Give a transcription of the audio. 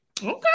Okay